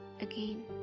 again